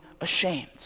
ashamed